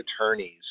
attorneys